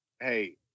Hey